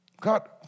God